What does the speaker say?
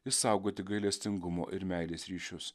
išsaugoti gailestingumo ir meilės ryšius